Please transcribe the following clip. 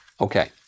Okay